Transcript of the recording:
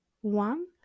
one